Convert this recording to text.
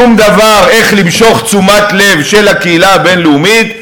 שום דרך למשוך את תשומת הלב של הקהילה הבין-לאומית,